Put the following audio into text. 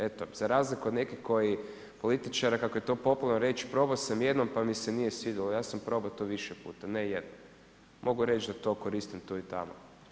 Eto, za razliku od nekih koji, političara, kako je to popularno reći, probao sam jednom pa mi se nije svidjelo, ja sam probao to više puta, ne jednom, mogu reći da koristim tu i tamo.